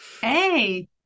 hey